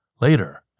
Later